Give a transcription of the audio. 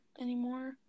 anymore